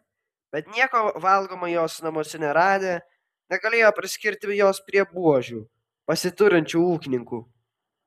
bet nieko valgomo jos namuose neradę negalėjo priskirti jos prie buožių pasiturinčių ūkininkų